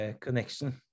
connection